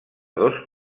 dos